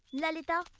lalita,